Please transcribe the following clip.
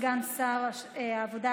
סגן שר העבודה,